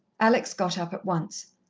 alex got up at once.